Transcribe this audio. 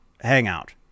hangout